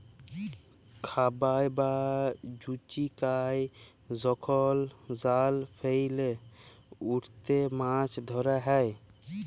খাবাই বা জুচিকাই যখল জাল ফেইলে উটতে মাছ ধরা হ্যয়